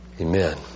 Amen